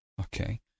Okay